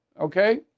okay